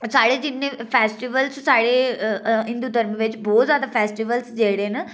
साढ़े जि'न्ने फेस्टिवल साढ़े हिन्दू धर्म बिच बहोत जादा फेस्टिवल्स जेह्ड़े न